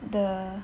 the